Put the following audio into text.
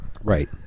Right